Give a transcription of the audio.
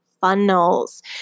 funnels